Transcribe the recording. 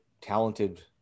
talented